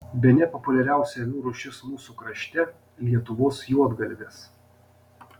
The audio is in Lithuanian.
bene populiariausia avių rūšis mūsų krašte lietuvos juodgalvės